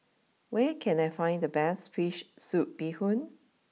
where can I find the best Fish Soup Bee Hoon